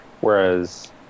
Whereas